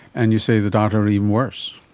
and you say the data are even worse.